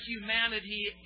humanity